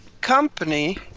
company